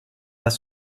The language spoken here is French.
pas